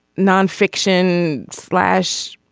nonfiction slash.